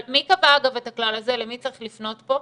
אבל מי קבע את הכלל הזה, למי צריך לפנות פה,